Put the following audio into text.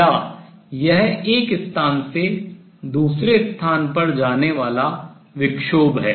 या यह एक स्थान से दूसरे स्थान पर जाने वाला विक्षोभ है